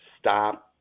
stop